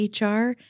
HR